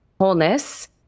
wholeness